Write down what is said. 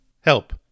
Help